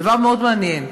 דבר מאוד מעניין,